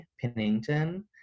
Pennington